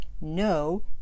No